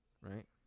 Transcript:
right